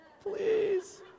Please